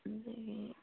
ꯑꯗꯒꯤ